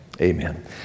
Amen